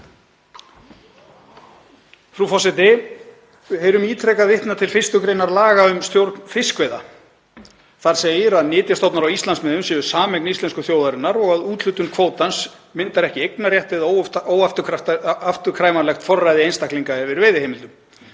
Frú forseti. Við heyrum ítrekað vitnað til 1. gr. laga um stjórn fiskveiða. Þar segir að nytjastofnar á Íslandsmiðum séu sameign íslensku þjóðarinnar og að úthlutun kvótans myndi ekki eignarrétt eða óafturkallanlegt forræði einstaklinga yfir veiðiheimildum.